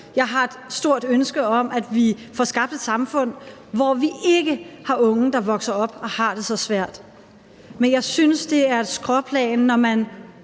Jeg har et stort ønske om, at vi får skabt et samfund, hvor vi ikke har unge, der vokser op og har det så svært. Men jeg synes, det er et skråplan, når man